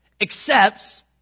accepts